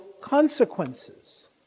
consequences